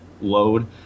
load